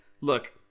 look